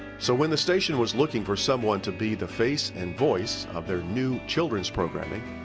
so when the station was looking for someone to be the face and voice of their new children's programming,